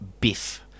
biff